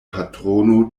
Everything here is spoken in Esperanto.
patrono